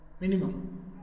minimum